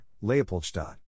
Leopoldstadt